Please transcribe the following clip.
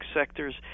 sectors